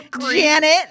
Janet